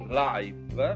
live